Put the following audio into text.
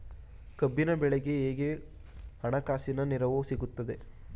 ಕಬ್ಬಿನ ಬೆಳೆಗೆ ಹೇಗೆ ಹಣಕಾಸಿನ ನೆರವು ಸಿಗುತ್ತದೆ?